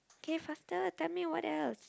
okay faster tell me what else